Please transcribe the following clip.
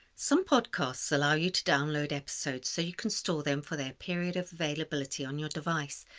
some podcasts allow you to download episodes so you can store them for their period of availability on your device,